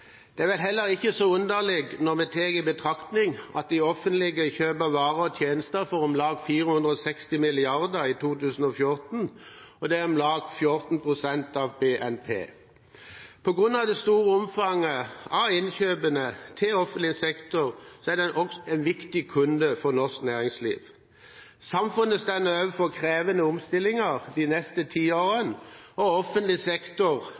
Det er vel heller er ikke så underlig når vi tar i betraktning at det offentlige kjøpte varer og tjenester for om lag 460 mrd. kr i 2014. Dette er om lag 14 pst. av BNP. På grunn av det store omfanget av innkjøp til offentlig sektor er dette en viktig kunde for norsk næringsliv. Samfunnet står overfor krevende omstillinger de neste tiårene, og offentlig sektor